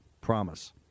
promise